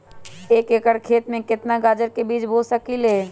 एक एकर खेत में केतना गाजर के बीज बो सकीं ले?